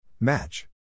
Match